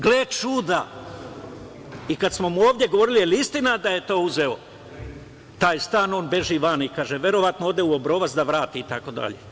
Gle čuda, i kada smo mu ovde govorili da li je istina da je uzeo taj stan, on beži van, verovatno ode u Obrovac da vrati itd.